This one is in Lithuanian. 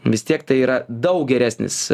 vis tiek tai yra daug geresnis